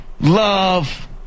love